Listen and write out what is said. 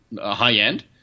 high-end